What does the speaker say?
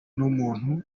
n’umuntu